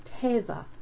Teva